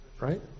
Right